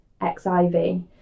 XIV